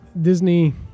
Disney